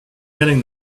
getting